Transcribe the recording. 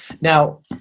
Now